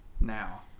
now